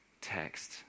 text